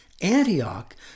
Antioch